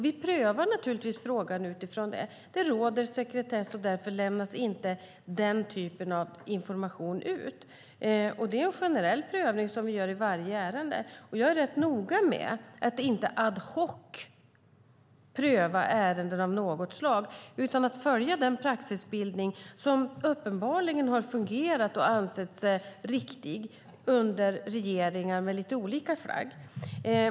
Vi prövar naturligtvis frågan utifrån att det råder sekretess, och därför lämnas inte den typen av information ut. Det är en generell prövning som sker i varje ärende. Jag är noga med att inte ad hoc-pröva ärenden av något slag utan att följa den praxisbildning som uppenbarligen har fungerat och ansetts riktig under regeringar med lite olika flagg.